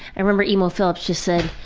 i remember emo phillips just said,